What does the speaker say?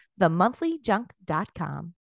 themonthlyjunk.com